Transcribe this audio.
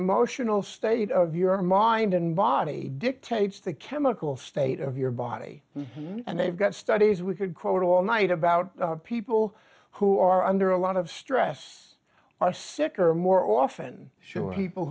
emotional state of your mind and body dictates the chemical state of your body and they've got studies we could quote all night about people who are under a lot of stress a sick or more often sure people